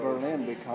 Berlin